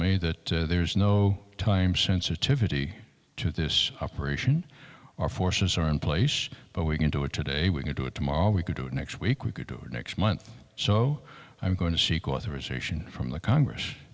me that there's no time sensitivity to this operation our forces are in place but we can do it today we could do it tomorrow we could do it next week we could do next month so i'm going to seek authorization from the congress